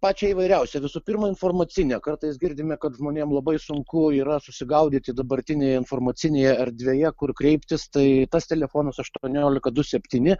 pačią įvairiausią visų pirma informacinę kartais girdime kad žmonėm labai sunku yra susigaudyti dabartinėj informacinėje erdvėje kur kreiptis tai tas telefonas aštuoniolika du septyni